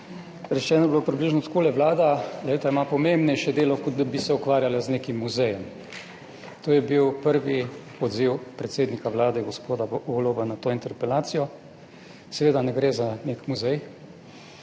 Rečeno je bilo približno takole, Vlada ima pomembnejše delo, kot da bi se ukvarjala z nekim muzejem. To je bil prvi odziv predsednika Vlade gospoda Goloba na to interpelacijo. Seveda ne gre za nek muzej,